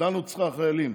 הגדלנו את שכר החיילים.